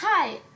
Hi